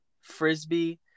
frisbee